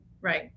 Right